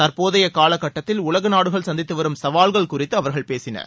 தற்போதைய காலக்கட்டத்தில் உலக நாடுகள் சந்தித்துவரும் சவால்கள் குறித்து அவர்கள் பேசினர்